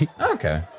okay